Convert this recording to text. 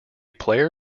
player